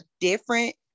different